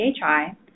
PHI